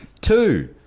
Two